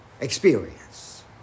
experience